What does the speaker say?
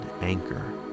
Anchor